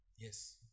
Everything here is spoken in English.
Yes